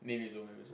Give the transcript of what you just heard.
maybe